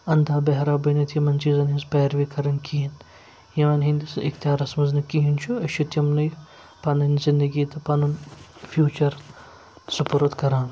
اَندھا بہرا بٔنِتھ یِمَن چیٖزَن ہِنٛز پیرو کَرٕنۍ کِہیٖنۍ یِمَن ہِنٛدِس اِختِیارَس منٛز نہٕ کِہیٖنۍ چھُ أسۍ چھِ تِمنٕے پَنٕنۍ زِندگی تہٕ پَنُن فیوٗچَر سُپرُد کَران